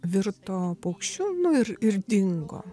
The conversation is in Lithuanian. virto paukščiu ir ir dingo